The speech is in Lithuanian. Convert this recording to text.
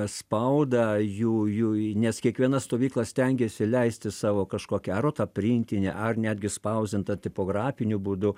spaudą jų jų nes kiekviena stovykla stengiasi leisti savo kažkokią rotą printinį ar netgi spausdintą tipografiniu būdu